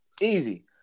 Easy